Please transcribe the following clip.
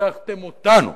ניצחתם אותנו.